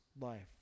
life